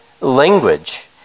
language